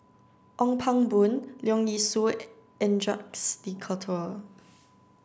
Ong Pang Boon Leong Yee Soo and Jacques De Coutre